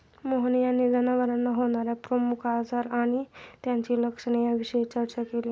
मोहन यांनी जनावरांना होणार्या प्रमुख आजार आणि त्यांची लक्षणे याविषयी चर्चा केली